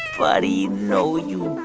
buddy? no, you